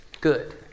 good